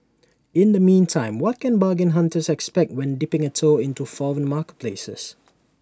in the meantime what can bargain hunters expect when dipping A toe into foreign marketplaces